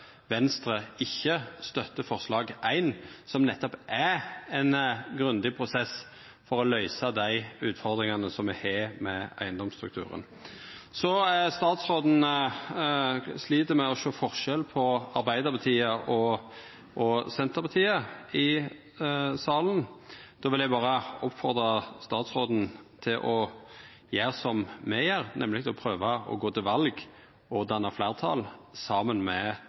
Venstre ikkje støttar forslag nr. 1, som nettopp er om ein grundig prosess for å løysa dei utfordringane som me har med eigedomsstrukturen. Statsråden slit med å sjå forskjell på Arbeidarpartiet og Senterpartiet i salen. Då vil eg berre oppmoda statsråden til å gjera som me gjer, nemleg å prøva å gå til val og danna fleirtal saman med